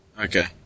okay